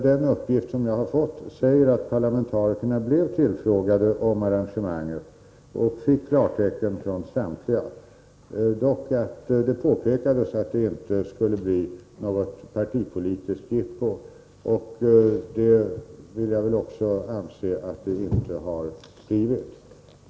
Den uppgift som jag har fått säger nämligen att parlamentarikerna blev tillfrågade om arrangemanget och att det kom klartecken från samtliga, dock med ett påpekande om att det inte skulle bli partipolitiskt jippo — och det vill jag också anse att det inte har blivit.